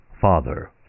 Father